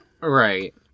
Right